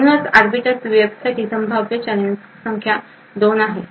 म्हणूनच आर्बिटर पीयूएफसाठी संभाव्य चॅलेंजची संख्या 2 एन आहे